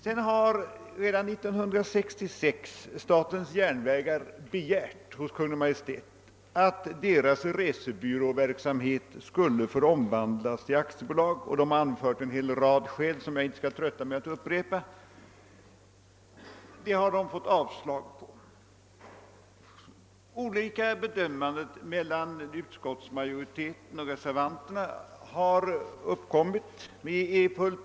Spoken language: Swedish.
Redan 1966 begärde statens järnvägar hos Kungl. Maj:t att få bedriva resebyråverksamheten i aktiebolagsform. Man anförde en hel del skäl, som jag inte skall trötta med att upprepa. Denna anhållan fick man avslag på. Utskottsmajoriteten och reservanterna har gjort olika bedömningar.